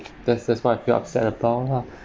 that's that's what I feel upset about lah